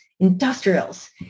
industrials